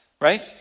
right